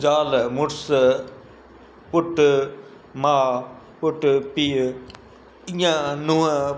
ज़ाल मुड़ुसु पुटु माउ पुटु पीउ धीअ नुंहुं